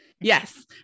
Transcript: Yes